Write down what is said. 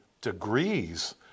degrees